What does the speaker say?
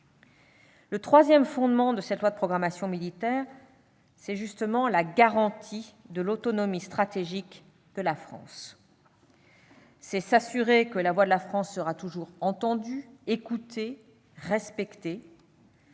Le troisième fondement de cette loi de programmation militaire, c'est justement la garantie de l'autonomie stratégique de la France. C'est s'assurer que la voix de la France sera toujours entendue, écoutée, respectée.